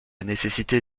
nécessité